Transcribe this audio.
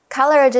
color